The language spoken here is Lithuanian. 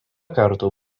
kartų